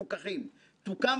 היית גם מן הדוחפים